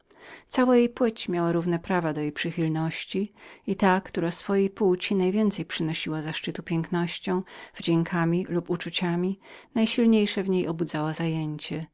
cała jej płeć miała równe prawa do jej przychylności i ta która najwięcej przynosiła jej zaszczytu pięknością wdziękami lub uczuciami najsilniejsze w niej obudzała zajęcie